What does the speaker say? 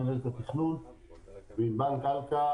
מנהלת התכנון וענבל קנקה,